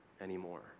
anymore